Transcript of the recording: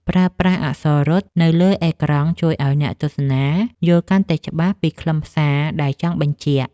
ប្រើប្រាស់អក្សររត់នៅលើអេក្រង់ជួយឱ្យអ្នកទស្សនាយល់កាន់តែច្បាស់ពីខ្លឹមសារដែលចង់បញ្ជាក់។